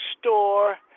store